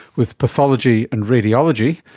with pathology and radiology,